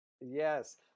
Yes